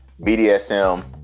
BDSM